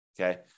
Okay